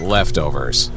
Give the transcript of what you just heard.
Leftovers